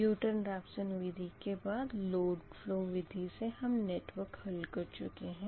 Newton Raphson विधि के बाद लोड फ़लो विधि से हम नेटवर्क हल कर चुके हैं